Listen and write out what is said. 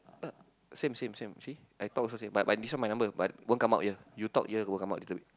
same same same see I talk also same but but this one my number but won't come out here you talk here will come out little bit